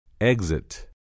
Exit